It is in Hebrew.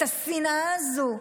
את השנאה הזאת,